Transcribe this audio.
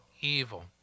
evil